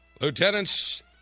Lieutenants